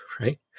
Right